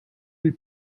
lill